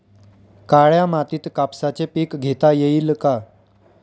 काळ्या मातीत कापसाचे पीक घेता येईल का?